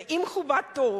ואם הוא בטוח